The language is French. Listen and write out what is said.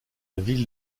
ville